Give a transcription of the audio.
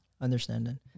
Understanding